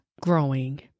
growing